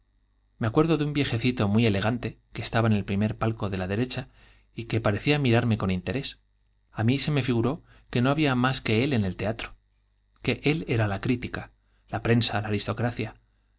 me acuerdo de un viejecito muy elegante ele la derecha y que pa que estaba en el primer palco recía mirarme con interés a mí se me figuró que no la crítica la había más que él en el teatro que él era toda la represen prensa la